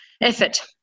effort